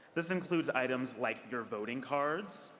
this includes items like your voting cards,